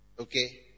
Okay